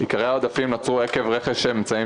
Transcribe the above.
עיקרי העודפים נוצרו עקב רכש אמצעים